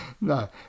No